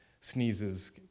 sneezes